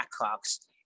Blackhawks